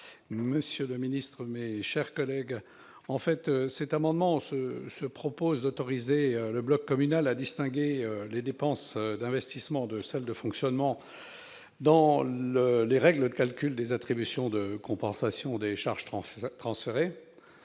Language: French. : La parole est à M. Charles Guené. Cet amendement tend à autoriser le bloc communal à distinguer les dépenses d'investissement de celles de fonctionnement dans les règles de calcul des attributions de compensation des charges transférées.